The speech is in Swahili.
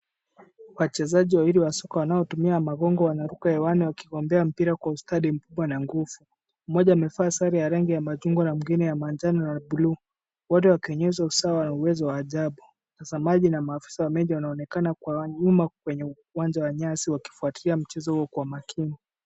Wachezaji wawili wa soka wanaotumia magongo wanaruka hewani wakigombea mpira kwa ustadi mkubwa na nguvu. Mmoja amevaa sare ya rangi ya machungwa na mwingine ya manjano na buluu wote wakionyesha usawa na uwezo wa ajabu. Watazamaji na maafisa wa mechi wanaonekana kwa nyuma kwenye uwanja wa nyasi wakifuatilia mchezo huo kwa makini.